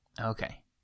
Okay